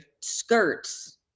skirts